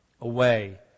away